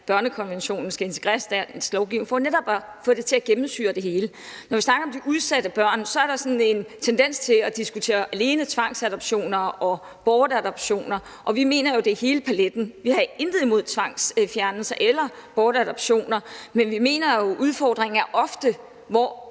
børnekonventionen skal integreres i dansk lovgivning, for netop at få det til at gennemsyre det hele. Når vi snakker om de udsatte børn, er der sådan en tendens til alene at diskutere tvangsadoptioner og bortadoptioner, og vi mener jo, at det er hele paletten. Vi har intet imod tvangsfjernelser eller bortadoptioner, men vi mener jo, at udfordringen ofte er, hvor